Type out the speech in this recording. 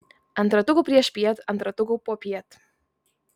ant ratukų priešpiet ant ratukų popiet